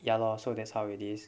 ya lor so that's how it is